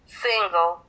single